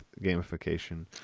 gamification